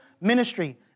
ministry